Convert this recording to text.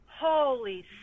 Holy